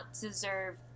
deserve